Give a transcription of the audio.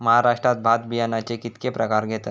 महाराष्ट्रात भात बियाण्याचे कीतके प्रकार घेतत?